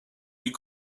you